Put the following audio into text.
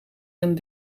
een